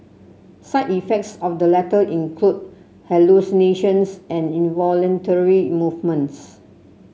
side effects of the latter include hallucinations and involuntary movements